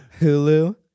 Hulu